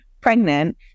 pregnant